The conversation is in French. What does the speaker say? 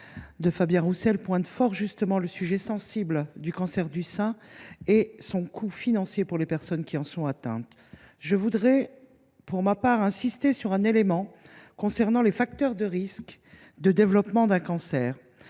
de Fabien Roussel pointe fort justement le sujet sensible du cancer du sein et son coût financier pour les personnes qui en sont atteintes. Je voudrais pour ma part insister sur un élément concernant les facteurs de risque de développement d’un cancer.